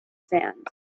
sand